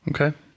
Okay